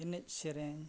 ᱮᱱᱮᱡ ᱥᱮᱨᱮᱧ